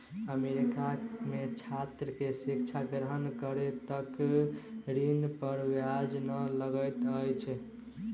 America में छात्र के शिक्षा ग्रहण करै तक ऋण पर ब्याज नै लगैत अछि